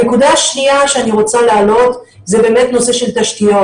הנקודה השנייה שאני רוצה להעלות זה באמת נושא של תשתיות.